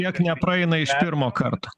kiek nepraeina iš pirmo karto